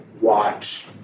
watch